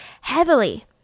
heavily